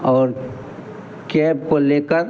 और कैब को लेकर